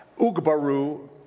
Ugbaru